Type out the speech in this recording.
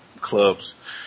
clubs